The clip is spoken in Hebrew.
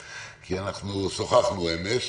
כי שוחחנו אמש,